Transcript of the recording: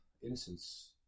innocence